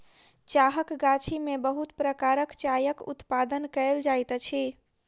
चाहक गाछी में बहुत प्रकारक चायक उत्पादन कयल जाइत अछि